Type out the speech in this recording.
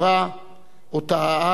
שאותה אהב והעריך.